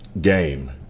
game